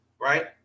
right